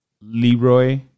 Leroy